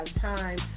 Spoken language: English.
time